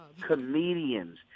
comedians